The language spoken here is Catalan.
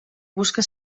busca